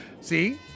See